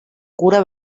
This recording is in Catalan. cura